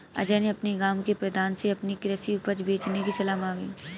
अजय ने अपने गांव के प्रधान से अपनी कृषि उपज बेचने की सलाह मांगी